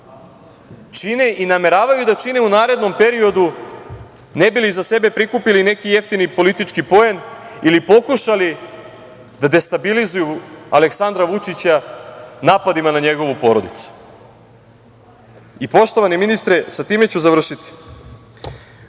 čine i nameravaju da čine u narednom periodu, ne bi li za sebe prikupili neki jeftini politički poen ili pokušali da destabilizuju Aleksandra Vučića napadima na njegovu porodicu. Poštovani ministre, sa time ću završiti,